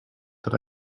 that